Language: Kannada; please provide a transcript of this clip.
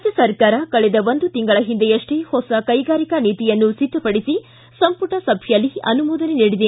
ರಾಜ್ವ ಸರ್ಕಾರ ಕಳೆದ ಒಂದು ತಿಂಗಳ ಹಿಂದೆಯಷ್ಷೇ ಹೊಸ ಕೈಗಾರಿಕಾ ನೀತಿಯನ್ನು ಸಿದ್ದಪಡಿಸಿ ಸಂಪುಟ ಸಭೆಯಲ್ಲಿ ಅನುಮೋದನೆ ನೀಡಿದೆ